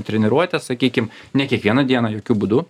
treniruotės sakykim ne kiekvieną dieną jokiu būdu